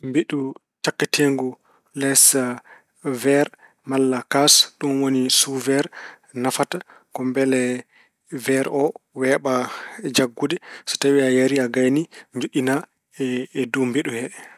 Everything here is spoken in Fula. Mbeɗu sakkateengu les weer walla kaas, ɗum woni Su weer, nafata ko mbele weer o weeɓa jaggude. So tawi a ari a gayni, njoɗɗina e dow mbeɗu he.